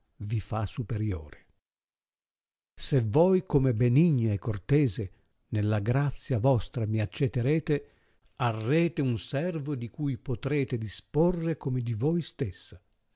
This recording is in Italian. vi fa superiore se voi come benigna e cortese nella grazia vostra mi accetterete arrete un servo di cui potrete disporre come di voi stessa